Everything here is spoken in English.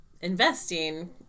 investing